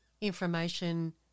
information